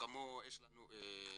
כמו שיש לנו חג,